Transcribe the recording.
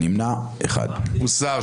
הרוויזיה הוסרה.